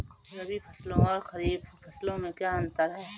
रबी फसलों और खरीफ फसलों में क्या अंतर है?